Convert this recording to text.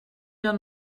jag